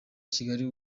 kigali